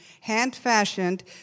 hand-fashioned